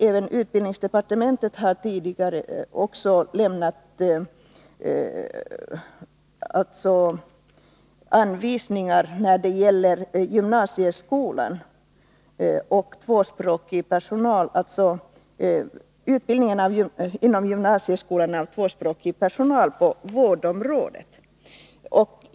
Även utbildningsdepartementet har tidigare lämnat anvisningar när det gäller utbildningen inom gymnasieskolan för tvåspråkig personal på vårdområdet.